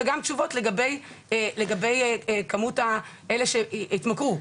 גם לגבי כמות אלה שהתמכרו,